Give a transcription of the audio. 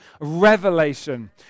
revelation